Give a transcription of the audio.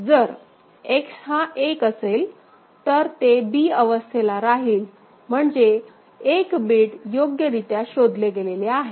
जर X हा 1 असेल तर ते b अवस्थेला राहील म्हणजे एक बिट योग्यरीत्या शोधले गेलेले आहे